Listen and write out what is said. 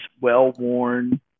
well-worn